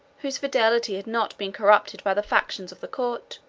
whose fidelity had not been corrupted by the factions of the court,